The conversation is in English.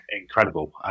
incredible